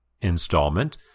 installment